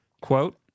Quote